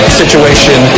situation